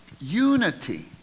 unity